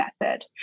method